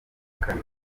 kane